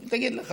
היא תגיד לך.